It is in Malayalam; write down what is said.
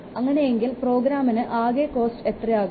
അങ്ങനെയെങ്കിൽ പ്രോഗ്രാമിന് ആകെ കോസ്റ്റ് എത്രയാകുന്നു